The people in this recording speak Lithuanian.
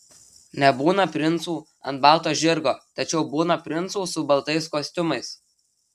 nebūna princų ant balto žirgo tačiau būna princų su baltais kostiumais